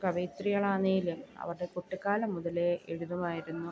കവിയത്രികളാന്നേലും അവരുടെ കുട്ടിക്കാലം മുതലേ എഴുതുമായിരുന്നു